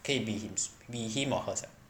可以 be him be him or herself